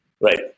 Right